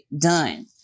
done